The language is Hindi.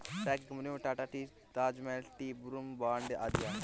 चाय की कंपनियों में Tata tea, Taj Mahal tea, Brooke Bond tea आदि है